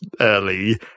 early